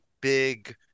big